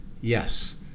Yes